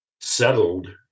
settled